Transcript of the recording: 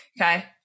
okay